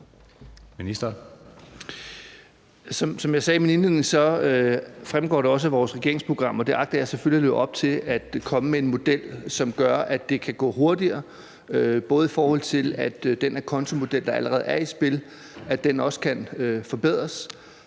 Som jeg sagde i min indledning, fremgår det også af vores regeringsprogram – og det agter jeg selvfølgelig at leve op til – at vi kommer med en model, som gør, at det kan gå hurtigere, både i forhold til at den her acontomodel, der allerede er i spil, også kan forbedres,